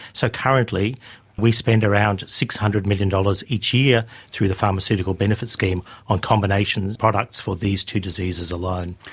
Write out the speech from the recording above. so currently we spend around six hundred million dollars each year through the pharmaceutical benefits scheme on combination products for these two diseases alone.